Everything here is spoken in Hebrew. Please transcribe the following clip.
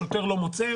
השוטר לא מוצא,